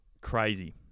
crazy